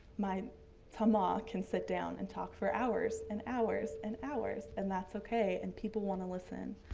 my tima can sit down and talk for hours and hours and hours, and that's okay, and people want to listen.